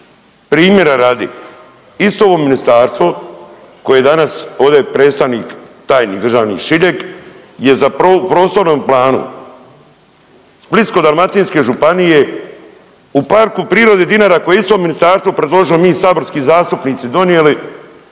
Primjera radi isto ovo ministarstvo koje danas ovdje je predstavnik tajnik državni Šiljeg je u prostornom planu Splitsko-dalmatinske županije u Parku prirode Dinara koje je isto ministarstvo predložilo mi saborski zastupnici donijeli